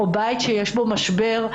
בית שיש בו משבר,